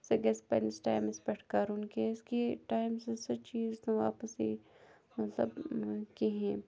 سُہ گژھِ پنٛنِس ٹایمَس پٮ۪ٹھ کَرُن کیٛازِکہِ ٹایمَس منٛز سُہ چیٖز نہٕ واپَس یی مطلب کِہیٖنۍ